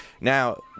Now